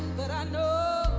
but i know